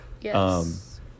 Yes